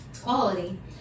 quality